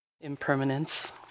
Impermanence